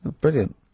Brilliant